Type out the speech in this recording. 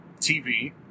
TV